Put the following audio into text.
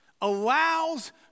allows